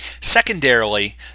Secondarily